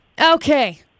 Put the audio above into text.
Okay